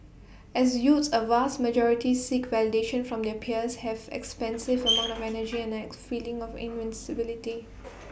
as youths A vast majority seek validation from their peers have expansive amounts of energy and feeling of invincibility